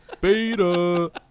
beta